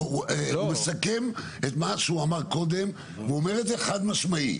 הוא מסכם את מה שהוא אמר קודם והוא אומר את זה חד משמעי,